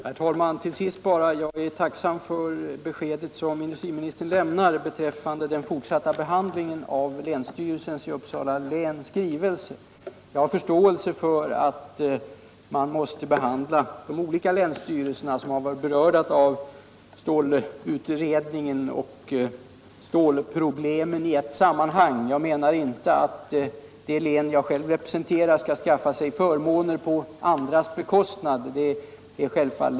Herr talman! Till sist vill jag bara säga att jag är tacksam för industriministerns besked beträffande den fortsatta behandlingen av länsstyrelsens i Uppsala län skrivelse. Jag har förståelse för att man måste behandla de olika länsstyrelser som är berörda av stålutredningen och stålproblemen i ett sammanhang. Självfallet är avsikten inte att det län som jag själv representerar skall skaffa sig förmåner på andras bekostnad.